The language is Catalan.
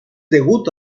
degut